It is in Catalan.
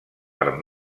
per